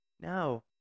Now